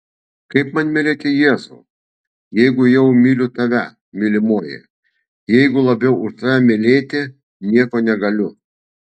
kaip man mylėti jėzų jeigu jau myliu tave mylimoji jeigu labiau už tave mylėti nieko negaliu